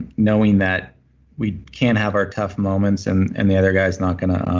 knowing that we can have our toughs moments and and the other guy's not going to